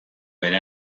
bere